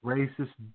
Racist